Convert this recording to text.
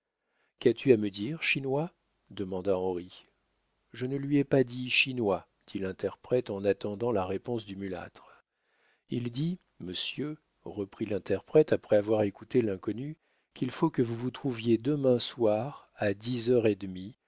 qu'as-tu à me dire chinois demanda henri je ne lui ai pas dit chinois dit l'interprète en attendant la réponse du mulâtre il dit monsieur reprit l'interprète après avoir écouté l'inconnu qu'il faut que vous vous trouviez demain soir à dix heures et demie